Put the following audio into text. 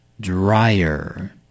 Dryer